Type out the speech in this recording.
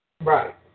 Right